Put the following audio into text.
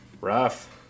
Rough